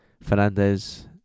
Fernandez